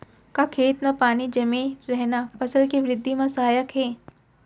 का खेत म पानी जमे रहना फसल के वृद्धि म सहायक हे?